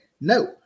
No